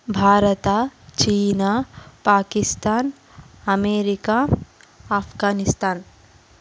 Bharat China Pakistan America Afghanistan